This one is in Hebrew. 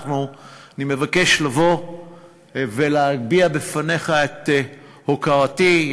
אני מבקש לבוא ולהביע בפניך את הוקרתי.